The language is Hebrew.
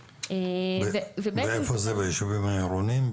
איפה זה, ביישובים העירוניים?